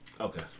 Okay